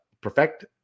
perfect